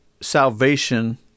salvation